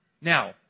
Now